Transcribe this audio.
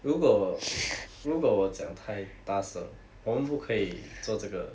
如果如果我讲太大声我们不可以做这个